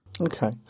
Okay